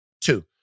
Two